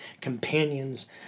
companions